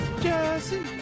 Jesse